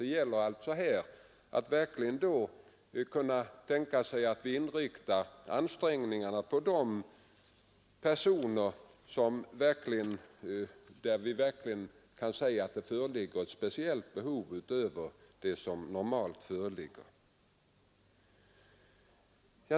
Det gäller alltså här att verkligen inrikta ansträngningarna på de personer där det föreligger ett speciellt behov utöver det som normalt föreligger.